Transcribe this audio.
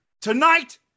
Tonight